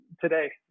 today